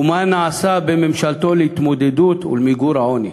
ומה נעשה בממשלתו להתמודדות ולמיגור העוני.